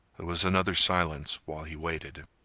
there was another silence while he waited.